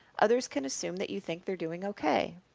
others can assume that you think they're doing okay.